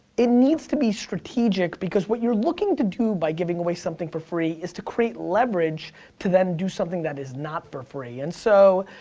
it needs to be strategic, because what you're looking to do by giving something for free, is to create leverage, to then do something that is not for free. and so,